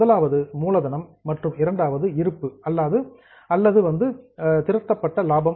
முதலாவது மூலதனம் மற்றும் இரண்டாவது ரிசர்வ் இருப்பு அல்லது அக்குமுலேட்டட் புரோஃபிட் திரட்டப்பட்ட லாபம்